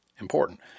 important